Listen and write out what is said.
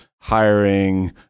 hiring